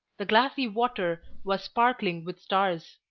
the glassy water was sparkling with stars.